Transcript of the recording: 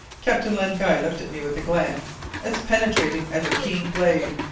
captain len guy looked at me with a glance as penetrating as a keen blade.